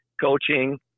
coaching